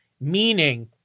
meaning